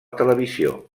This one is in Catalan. televisió